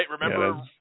Remember